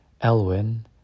Elwin